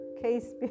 case